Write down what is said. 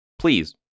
please